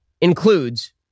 includes